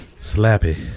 Slappy